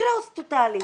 לקרוס טוטלית.